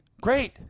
Great